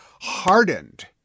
hardened